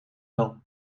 wel